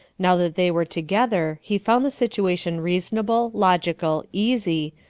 now that they were together he found the situation reasonable, logical, easy,